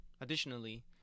Additionally